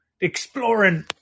Exploring